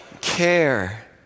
care